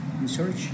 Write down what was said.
Research